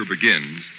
begins